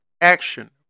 Action